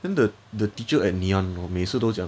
then the the teacher at ngee ann hor 每次都讲